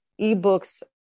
eBooks